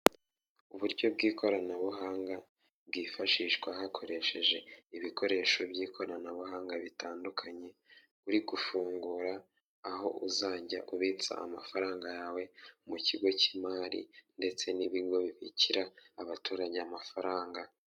Uburyo bw'ikoranabuhanga bwifashishwa hakoreshejwe ibikoresho by'ikoranabuhanga bitandukanye, uri gufungura aho uzajya ubitsa amafaranga yawe mu kigo cy'imari ndetse n'ibigo bibikira abaturage amafaranga.